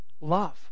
Love